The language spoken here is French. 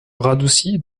radouci